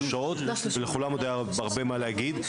שעות ולכולם עוד היה הרבה מה להגיד.